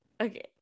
okay